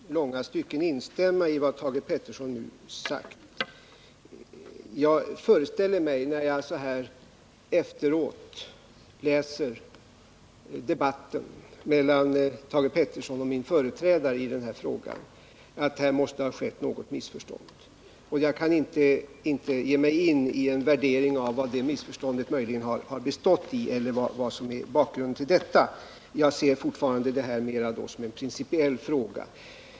Herr talman! Jag kan i långa stycken instämma i vad Thage Peterson nu sagt. Jag föreställer mig efter att ha läst debatten i den här frågan mellan Thage Peterson och min företrädare att det måste ha uppstått något missförstånd i det sammanhanget. Jag kan inte gå in på något värdering av vad det missförståndet möjligen har bestått i eller vad som är bakgrunden till det. Jag ser dock fortfarande vår debatt här som en principiell fråga.